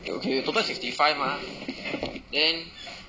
okay okay wait total sixty five mah then